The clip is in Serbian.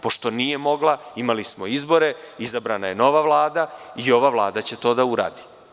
Pošto nije mogla, imali smo izbore, izabrana je nova Vlada, i ova Vlada će to da uradi.